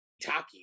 Taki